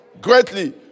greatly